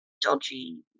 dodgy